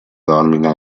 domina